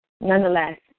nonetheless